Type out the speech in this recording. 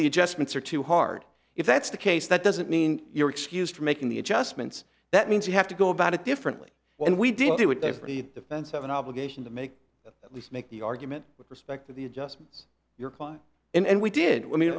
the adjustments are too hard if that's the case that doesn't mean you're excused for making the adjustments that means you have to go about it differently and we didn't do it for the defense of an obligation to make at least make the argument with respect to the adjustments your client and we did when